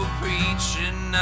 preaching